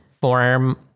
form